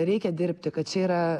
reikia dirbti kad čia yra